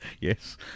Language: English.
Yes